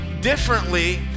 differently